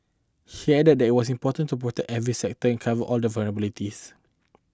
he added that it was important to protect every sector and cover all the vulnerabilities